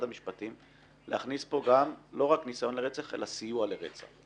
המשפטים להכניס לתיקון הזה גם סיוע לרצח.